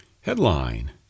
Headline